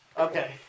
Okay